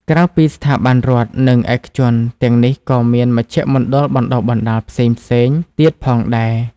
ក្រៅពីស្ថាប័នរដ្ឋនិងឯកជនទាំងនេះក៏មាន មជ្ឈមណ្ឌលបណ្តុះបណ្តាលផ្សេងៗ ទៀតផងដែរ។